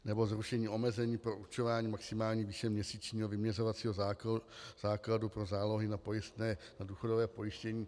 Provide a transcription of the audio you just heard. Nebo zrušení omezení pro určování maximální výše měsíčního vyměřovacího základu pro zálohy na pojistné na důchodové pojištění.